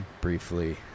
briefly